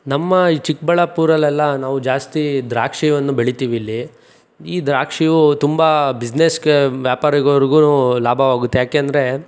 ನಮ್ಮಈ ಚಿಕ್ಕಬಳ್ಳಾಪುರಲ್ಲೆಲ್ಲ ನಾವು ಜಾಸ್ತಿ ದ್ರಾಕ್ಷಿಯನ್ನು ಬೆಳೀತೀವಿ ಇಲ್ಲಿ ಈ ದ್ರಾಕ್ಷಿಯು ತುಂಬ ಬಿಸ್ನೆಸ್ಗೆ ವ್ಯಾಪಾರಿಗರಿಗೂ ಲಾಭವಾಗುತ್ತೆ ಯಾಕೆಂದರೆ